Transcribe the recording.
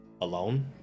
alone